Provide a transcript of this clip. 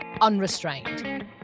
unrestrained